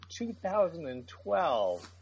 2012